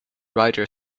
rider